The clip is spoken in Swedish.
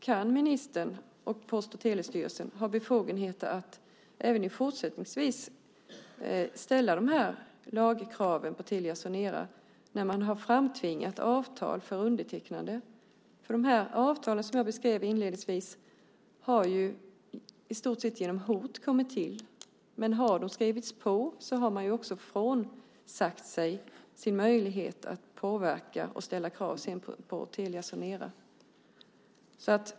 Kan ministern och Post och telestyrelsen ha befogenheter att även fortsättningsvis ställa de här lagkraven på Telia Sonera, när man har framtvingat avtal för undertecknande? De här avtalen har ju, som jag beskrev inledningsvis, i stort sett kommit till genom hot. Har man skrivit på har man också frånsagt sig sin möjlighet att påverka och ställa krav på Telia Sonera.